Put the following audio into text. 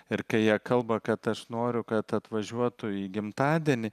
ir kai jie kalba kad aš noriu kad atvažiuotų į gimtadienį